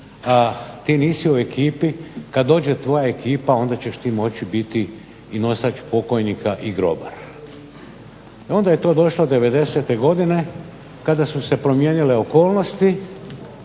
ti nisi u ekipi, kad dođe tvoja ekipa onda ćeš ti moći biti i nosač pokojnika i grobar. Onda je to došlo '90.-te godine kada su se promijenile okolnosti